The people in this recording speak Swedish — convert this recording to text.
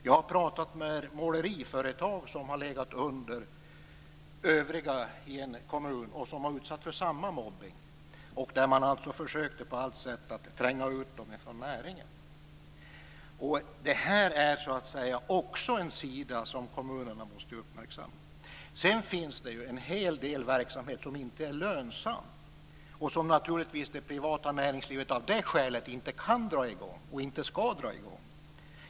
Jag har pratat med måleriföretag vars priser har legat under övrigas i en kommun. De har utsatts för samma mobbning. Där försökte man på allt sätt att tränga ut dem från näringen. Det är också en sida som kommunerna måste uppmärksamma. Sedan finns det ju en hel del verksamhet som inte är lönsam och som det privata näringslivet av det skälet inte kan dra i gång, och inte skall dra i gång.